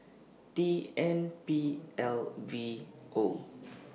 T N P L V O